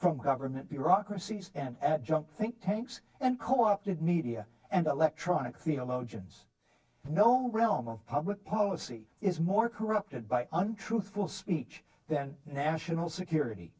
from government bureaucracies and at junk think tanks and co opted media and electronic theologians no realm of public policy is more corrupted by untruthful speech than national security